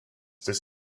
this